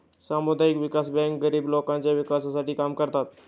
सामुदायिक विकास बँका गरीब लोकांच्या विकासासाठी काम करतात